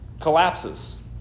collapses